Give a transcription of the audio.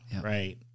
right